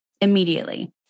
immediately